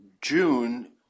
June